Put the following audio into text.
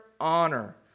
honor